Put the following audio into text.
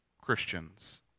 Christians